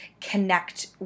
connect